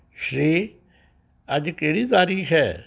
ਸ਼੍ਰੀ ਅੱਜ ਕਿਹੜੀ ਤਾਰੀਖ ਹੈ